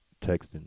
texting